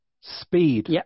speed